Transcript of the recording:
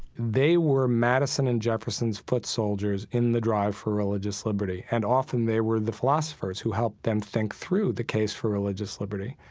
they were madison and jefferson's foot soldiers in the drive for religious liberty. and often they were the philosophers who helped them think through the case for religious liberty.